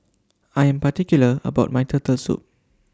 I Am particular about My Turtle Soup